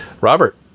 Robert